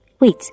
Wait